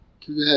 today